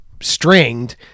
stringed